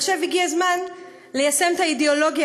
ועכשיו הגיע הזמן ליישם את האידיאולוגיה